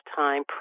time